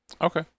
Okay